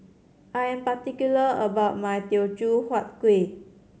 I am particular about my Teochew Huat Kueh